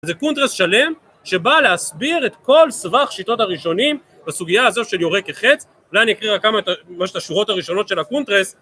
זה קונטרס שלם שבא להסביר את כל סבך שיטות הראשונים בסוגיא הזו של יורה כחץ, ואני אקריא רק כמה מממש את השורות הראשונות של הקונטרס